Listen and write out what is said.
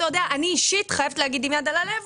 אני אישית חייבת להגיד, עם יד על הלב,